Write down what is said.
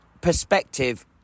perspective